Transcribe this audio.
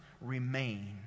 remain